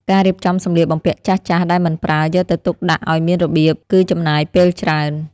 ការរៀបចំសម្លៀកបំពាក់ចាស់ៗដែលមិនប្រើ យកទៅទុកដាក់ឱ្យមានរបៀប គឺចំណាយពេលច្រើន។